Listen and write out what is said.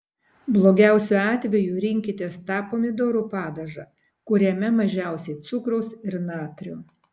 blogiausiu atveju rinkitės tą pomidorų padažą kuriame mažiausiai cukraus ir natrio